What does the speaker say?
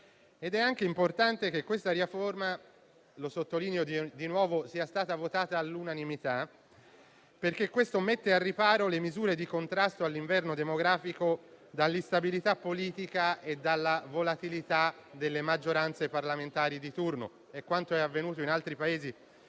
È anche importante che questa riforma - lo sottolineo di nuovo - sia stata votata all'unanimità, perché questo mette al riparo le misure di contrasto all'inverno demografico dall'instabilità politica e dalla volatilità delle maggioranze parlamentari di turno. È quanto avvenuto in altri Paesi